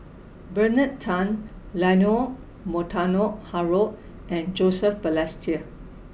Bernard Tan Leonard Montague Harrod and Joseph Balestier